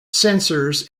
sensors